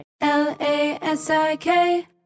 L-A-S-I-K